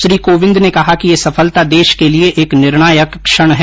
श्री कोविंद ने कहा कि यह सफलता देश के लिए एक निर्णायक क्षण है